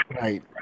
Right